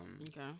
Okay